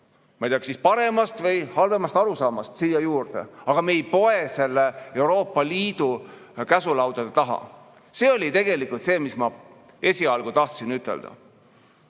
ma ei tea, kas siis paremast või halvemast arusaamast. Aga me ei tohiks pugeda Euroopa Liidu käsulaudade taha. See oli tegelikult see, mis ma esialgu tahtsin ütelda